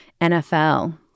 NFL